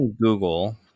Google